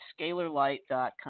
scalarlight.com